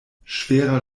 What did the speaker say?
schwerer